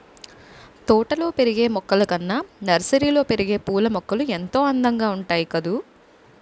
తోటల్లో పెరిగే మొక్కలు కన్నా నర్సరీలో పెరిగే పూలమొక్కలు ఎంతో అందంగా ఉంటాయి కదూ